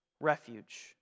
refuge